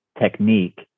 technique